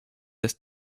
des